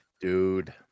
dude